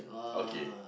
okay